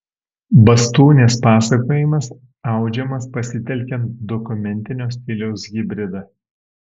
bastūnės pasakojimas audžiamas pasitelkiant dokumentinio stiliaus hibridą